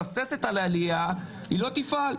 זה נעשה באופן וולונטרי, לא בגלל הבג"ץ.